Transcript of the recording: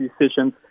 decisions